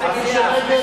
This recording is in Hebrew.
אנחנו נגד.